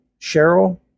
Cheryl